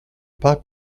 pas